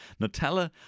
Nutella